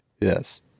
Yes